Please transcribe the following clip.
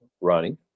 Ronnie